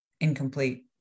incomplete